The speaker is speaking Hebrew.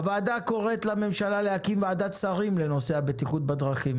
הוועדה קוראת לממשלה להקים ועדת שרים לנושא הבטיחות בדרכים